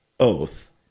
oath